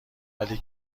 ولی